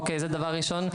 זה דבר ראשון.